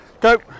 go